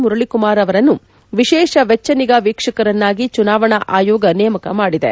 ಮುರಳಿ ಕುಮಾರ್ ಅವರನ್ನು ವಿಶೇಷ ವೆಚ್ವ ನಿಗಾ ವೀಕ್ಷಕರನ್ನಾಗಿ ಚುನಾವಣೆ ಆಯೋಗ ನೇಮಕ ಮಾಡಿದೆ